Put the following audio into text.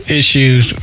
issues